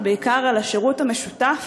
ובעיקר על השירות המשותף